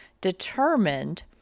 determined